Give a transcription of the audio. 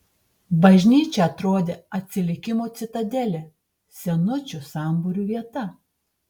bažnyčia atrodė atsilikimo citadelė senučių sambūrių vieta